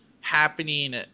happening